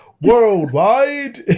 worldwide